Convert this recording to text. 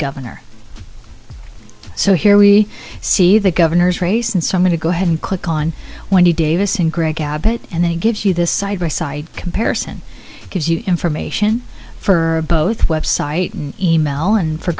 governor so here we see the governor's race and some going to go ahead and click on wendy davis and greg abbott and then gives you this side by side comparison gives you information for both website and email and for